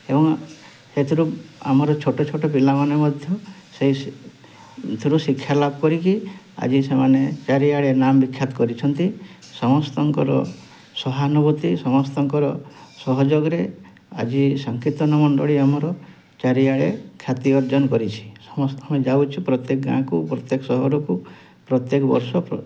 ଏବଂ ସେଥିରୁ ଆମର ଛୋଟ ଛୋଟ ପିଲାମାନେ ମଧ୍ୟ ସେହିଥିରୁ ଶିକ୍ଷା ଲାଭ କରିକି ଆଜି ସେମାନେ ଚାରିଆଡ଼େ ନାମ ବିଖ୍ୟାତ କରିଛନ୍ତି ସମସ୍ତଙ୍କର ସହାନୁଭୂତି ସମସ୍ତଙ୍କର ସହଯୋଗ ରେ ଆଜି ସଂକୀର୍ତ୍ତନ ମଣ୍ଡଳୀ ଆମର ଚାରିଆଡ଼େ କ୍ଷାତି ଅର୍ଜନ କରିଛି ସମସ୍ତେ ଆମେ ଯାଉଛୁ ପ୍ରତ୍ୟେକ ଗାଁ' କୁ ପ୍ରତ୍ୟେକ ସହରକୁ ପ୍ରତ୍ୟେକ ବର୍ଷ